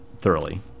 thoroughly